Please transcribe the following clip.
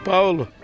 Paulo